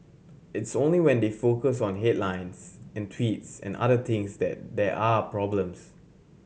it's only when they focus on headlines and tweets and other things that there are problems